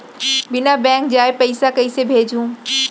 बिना बैंक जाये पइसा कइसे भेजहूँ?